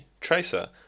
Tracer